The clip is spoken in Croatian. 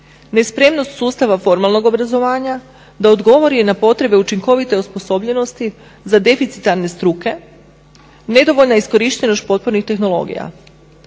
nespremnost sustava formalnog obrazovanja da odgovori na potrebe učinkovite osposobljenosti za deficitarne struke, nedovoljna iskorištenost potpornih tehnologija.